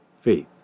Faith